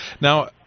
Now